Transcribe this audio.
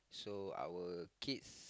so our kids